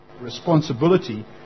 responsibility